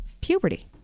puberty